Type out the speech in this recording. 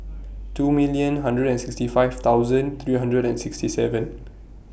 two millions hundred and sixty five thousands three hundreds and sixty seven